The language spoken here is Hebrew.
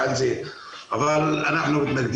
כמי שמייצגים